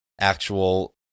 actual